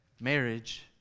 Marriage